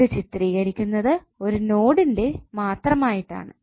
ഇത് ചിത്രീകരിക്കുന്നത് ഒരു നോഡിനെ മാത്രമായിട്ടാണ്